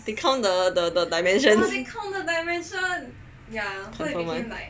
they count the the the dimension confirm [one]